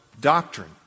doctrine